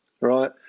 right